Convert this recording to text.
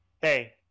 hey